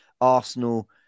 Arsenal